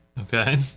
Okay